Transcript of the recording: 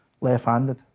left-handed